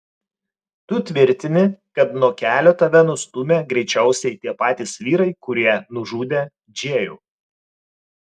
tu tvirtini kad nuo kelio tave nustūmė greičiausiai tie patys vyrai kurie nužudė džėjų